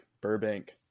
Burbank